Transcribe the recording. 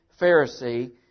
Pharisee